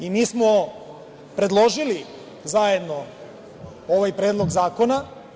I, mi smo predložili zajedno ovaj Predlog zakona.